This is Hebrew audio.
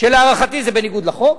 ולהערכתי זה בניגוד לחוק,